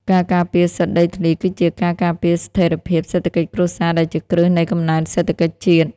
ការការពារសិទ្ធិដីធ្លីគឺជាការការពារស្ថិរភាពសេដ្ឋកិច្ចគ្រួសារ ដែលជាគ្រឹះនៃកំណើនសេដ្ឋកិច្ចជាតិ។